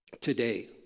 today